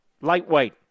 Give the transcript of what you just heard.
lightweight